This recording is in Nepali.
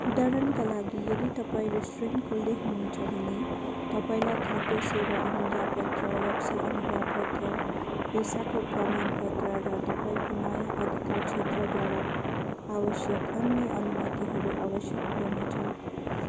उदाहरणका लागि यदि तपाई रेस्ट्रुरेन्ट खोल्दै हुनुहुन्छ भने तपाईँलाई खाद्य सेवा अनुज्ञापत्र रक्सी अनुज्ञापत्र पेसाको प्रमाणपत्र र तपाईँको नयाँ अधिकार क्षेत्रद्वारा आवश्यक अन्य अनुमतिहरू आवश्यक पर्नेछ